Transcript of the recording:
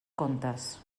contes